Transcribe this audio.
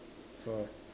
so